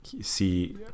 see